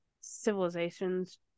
civilizations